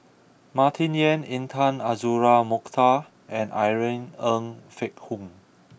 Martin Yan Intan Azura Mokhtar and Irene Ng Phek Hoong